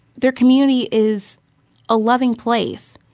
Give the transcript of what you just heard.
their community is a loving place.